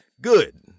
good